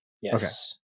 Yes